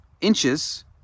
inches